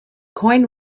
coin